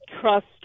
trust